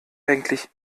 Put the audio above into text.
eigentlich